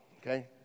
okay